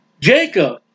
Jacob